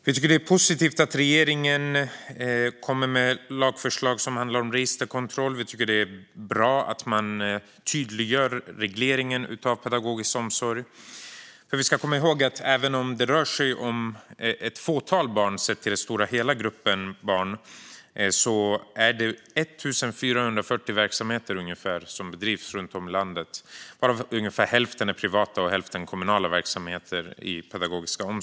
Vi tycker att det är positivt att regeringen kommer med lagförslag som handlar om registerkontroll. Vi tycker att det är bra att man tydliggör regleringen av pedagogisk omsorg. Man ska komma ihåg att även om det rör sig om ett fåtal barn sett till hela gruppen barn är det ungefär 1 440 verksamheter i den pedagogiska omsorgen som bedrivs runt om i landet, varav ungefär hälften är privata och hälften kommunala.